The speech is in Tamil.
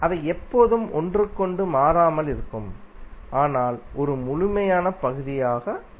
அவை எப்போதும் ஒன்றுக்கொன்று மாறாமல் இருக்கும் ஆனால் ஒரு முழுமையான பகுதியாக சுழலும்